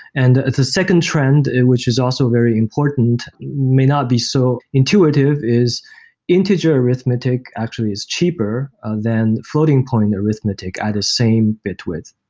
and the second trend, which is also very important may not be so intuitive, is integer arithmetic actually is cheaper than floating-point arithmetic at a same bit width.